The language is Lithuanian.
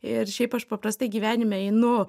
ir šiaip aš paprastai gyvenime einu